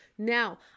Now